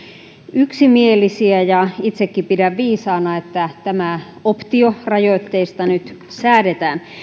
yksimielisiä ja itsekin pidän viisaana että tämä optio rajoitteista nyt säädetään